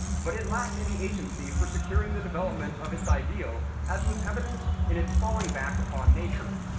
but it lacked any agency for securing the development of its ideal as was evidenced in its falling back upon nature.